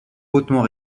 hautement